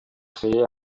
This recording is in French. créée